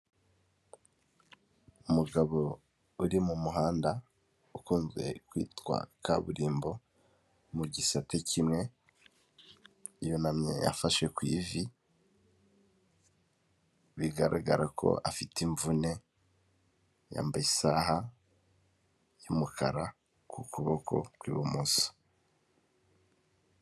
Umugabo uri mu muhanda ukunze kwitwa kaburimbo mu gisate kimwe, yunamye afashewe ku ivi bigaragara ko afite imvune yambaye isaha y'umukara ku kuboko kw'ibumoso.